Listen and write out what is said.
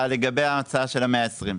לגבי ההצעה של ה-120.